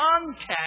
context